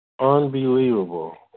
Unbelievable